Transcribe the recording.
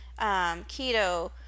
keto